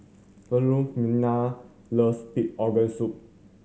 Philomena loves pig organ soup